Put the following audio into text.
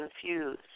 confused